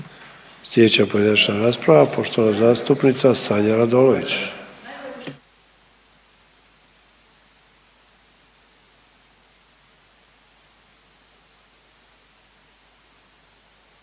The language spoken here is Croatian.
Sljedeća pojedinačna rasprava poštovana zastupnica Sanja RAdolović.